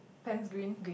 pants green